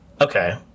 Okay